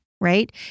right